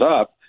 up